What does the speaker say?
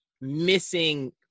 missing